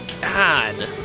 God